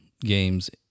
games